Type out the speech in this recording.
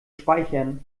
speichern